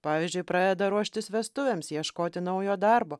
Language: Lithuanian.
pavyzdžiui pradeda ruoštis vestuvėms ieškoti naujo darbo